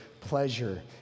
pleasure